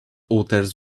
others